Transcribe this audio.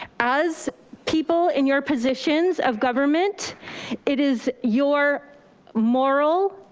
as people in your positions of government it is your moral,